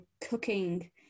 cooking